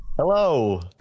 Hello